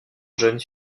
jeunes